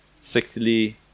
Sixthly